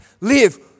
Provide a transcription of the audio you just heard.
live